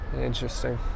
Interesting